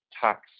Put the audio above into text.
tax